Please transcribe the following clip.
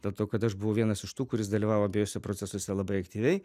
dėl to kad aš buvau vienas iš tų kuris dalyvavo abiejuose procesuose labai aktyviai